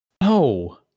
No